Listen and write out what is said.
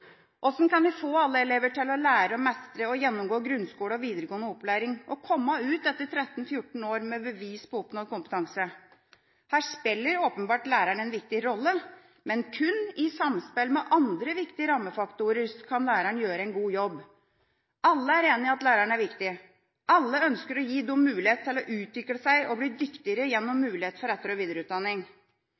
kan vi få alle elever til å lære å mestre og gjennomgå grunnskole og videregående opplæring og komme ut etter 13–14 år med bevis på oppnådd kompetanse? Her spiller åpenbart læreren en viktig rolle, men kun i samspill med andre viktige rammefaktorer kan læreren gjøre en god jobb. Alle er enig i at læreren er viktig. Alle ønsker å gi dem mulighet til å utvikle seg og bli dyktigere gjennom mulighet for etter- og videreutdanning.